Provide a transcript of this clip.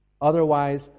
Otherwise